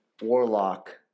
warlock